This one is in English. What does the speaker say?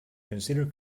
consider